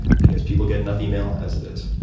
because people get enough email as it is.